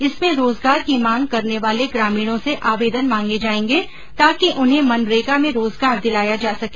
इसमें रोजगार की मांग करने वाले ग्रामीणों से आवेदन मांगे जायेंगे ताकि उन्हें मनरेगा में रोजगार दिलाया जा सके